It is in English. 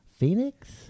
Phoenix